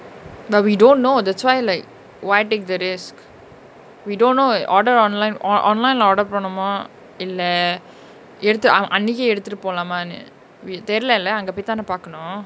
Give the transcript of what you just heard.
but we don't know that's why like why take the risk we don't know order online oh online lah order பன்னுவமா இல்ல எடுத்து:pannuvamaa illa eduthu ah அன்னைக்கே எடுத்துட்டு போலாமானு:annaike eduthutu polaamaanu we தெரிலல அங்க போய் தான பாக்கனு:therilala anga poai thana paakanu